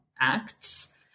acts